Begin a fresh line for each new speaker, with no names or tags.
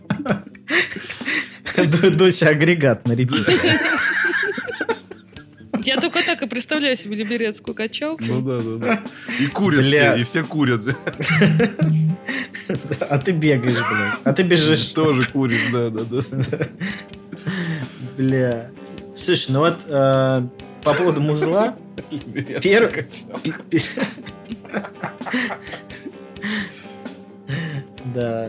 Ду- ду- дуся агрегат на репите.
Я только так и представляю себе либерецкую качалку.
Ну да, да, да. И курят
Бля.
все, и все курят.
А ты бегаешь, бля. А ты бежишь.
Тоже куришь, да, да, да.
Бля. Слушай, ну вот, э, по поводу музла.
Либерецкая
Первый-
качалка.
Да.